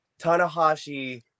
Tanahashi